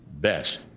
best